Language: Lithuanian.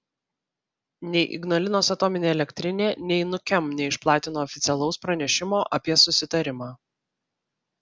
nei ignalinos atominė elektrinė nei nukem neišplatino oficialaus pranešimo apie susitarimą